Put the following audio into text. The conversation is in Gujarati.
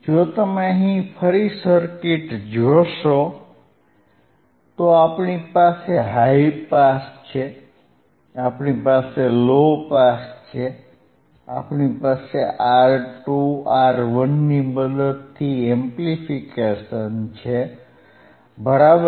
જો તમે અહીં ફરી સર્કિટ જોશો તો આપણી પાસે હાઇ પાસ છે આપણી પાસે લો પાસ છે આપણી પાસે R2 R1 ની મદદથી એમ્પ્લીફિકેશન છે બરાબર